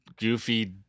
goofy